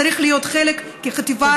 צריך להיות חלק כחטיבה,